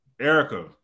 Erica